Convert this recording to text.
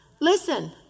Listen